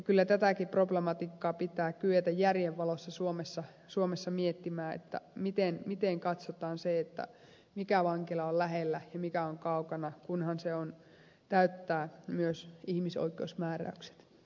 kyllä tätäkin problematiikkaa pitää kyetä järjen valossa suomessa miettimään miten katsotaan se mikä vankila on lähellä ja mikä on kaukana kunhan se täyttää myös ihmisoikeusmääräykset